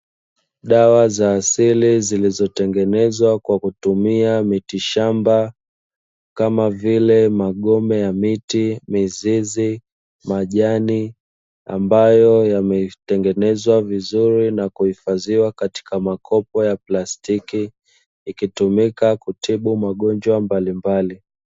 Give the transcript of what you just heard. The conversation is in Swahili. Dawa za asili zilizotengenezwa kwa kutumia miti shamba, kama vile: magome ya miti, mizizi, majani, ambayo yametengenezwa vizuri na kuhifadhiwa katika makopo ya plastiki, ikitumika kutibu magonjwa mbalimbali.